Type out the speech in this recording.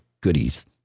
goodies